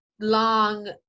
long